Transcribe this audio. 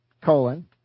colon